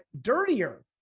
dirtier